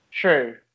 True